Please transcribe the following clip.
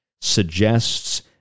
suggests